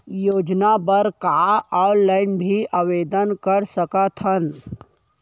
योजना बर का ऑनलाइन भी आवेदन कर सकथन?